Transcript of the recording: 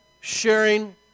sharing